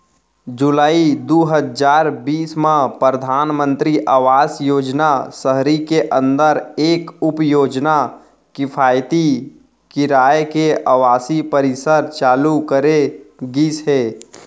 जुलाई दू हजार बीस म परधानमंतरी आवास योजना सहरी के अंदर एक उपयोजना किफायती किराया के आवासीय परिसर चालू करे गिस हे